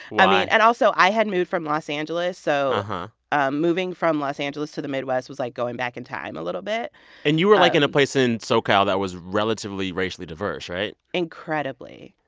i mean and also, i had moved from los angeles. so and um moving from los angeles to the midwest was like going back in time a little bit and you were, like, in a place in so cal that was relatively racially diverse, right? incredibly.